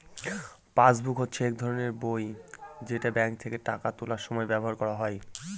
passbook হচ্ছে এক ধরনের বই যেটা ব্যাঙ্কে টাকা তোলার সময় ব্যবহার করা হয়